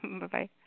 Bye-bye